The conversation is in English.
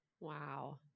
Wow